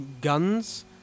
guns